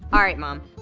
alright mom,